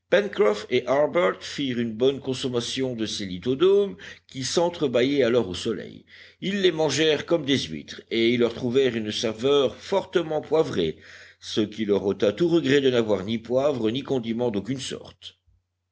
firent une bonne consommation de ces lithodomes qui sentre bâillaient alors au soleil ils les mangèrent comme des huîtres et ils leur trouvèrent une saveur fortement poivrée ce qui leur ôta tout regret de n'avoir ni poivre ni condiments d'aucune sorte